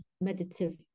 meditative